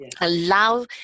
allow